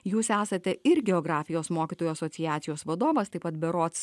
jūs esate ir geografijos mokytojų asociacijos vadovas taip pat berods